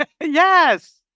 Yes